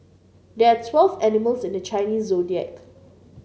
there are twelve animals in the Chinese Zodiac